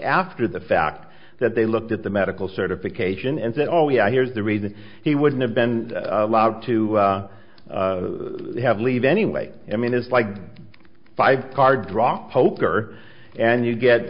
after the fact that they looked at the medical certification and said oh yeah here's the reason he wouldn't have been allowed to have leave anyway i mean is like five card draw poker and you get